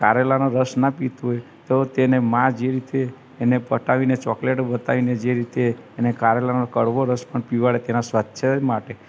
કારેલાનો રસ ના પીતું હોય તો તેને મા જે રીતે એને પટાવીને ચોકલેટ બતાવીને જે રીતે એને કારેલાનો કડવો રસ પણ પીવડાવે તેનાં સ્વાસ્થ્ય માટે